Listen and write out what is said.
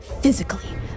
physically